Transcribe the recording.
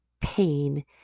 pain